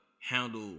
handle